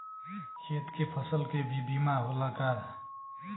खेत के फसल के भी बीमा होला का?